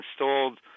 installed